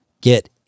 get